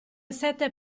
sette